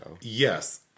yes